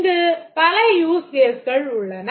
இங்கு பல use cases உள்ளன